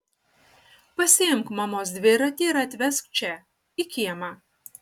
pasiimk mamos dviratį ir atvesk čia į kiemą